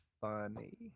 funny